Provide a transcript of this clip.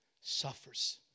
suffers